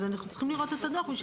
אז אנחנו צריכים לראות את הדוח כדי